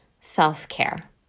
self-care